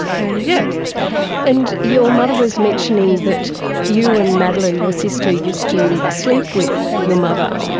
and yeah and your mother was mentioning that you and madeline, your sister, used to sleep with your mother.